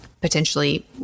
potentially